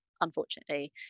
unfortunately